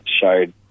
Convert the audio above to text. showed